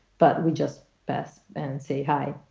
but we just best and say hi.